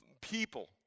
people